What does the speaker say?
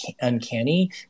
uncanny